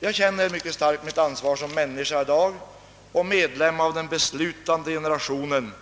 Jag känner i dag mycket starkt mitt ansvar som människa och som medlem av en beslutande generation,